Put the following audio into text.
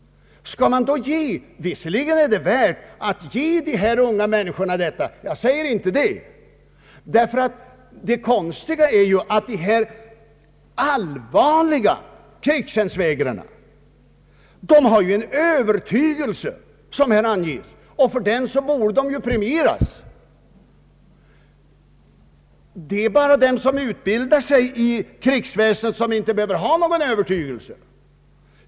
Det är värt att ge de unga män niskorna en möjlighet till vapenfri tjänst. Jag har ingenting emot det. Men de allvarliga krigstjänstvägrarna har ju en övertygelse, som här anges, och för den borde de premieras. Bara de som utbildar sig i krigsväsendet behöver inte ha någon övertygelse.